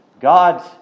God